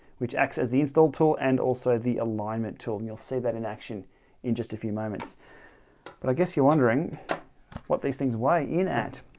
which acts as the install tool and also the alignment tool. and you'll see that in action in just a few moments but i guess you're wondering what these things weigh in at.